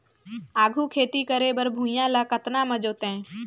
आघु खेती करे बर भुइयां ल कतना म जोतेयं?